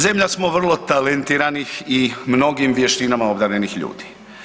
Zemlja smo vrlo talentiranih i mnogim vještinama obdarenih ljudi.